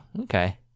Okay